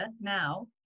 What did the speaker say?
now